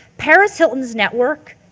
paris hilton's network,